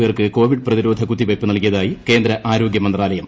പേർക്ക് കോവിഡ് പ്രതിരോധ കുത്തിവെയ്പ്പ് നൽകിയതായി കേന്ദ്ര ആരോഗൃമന്ത്രാലയം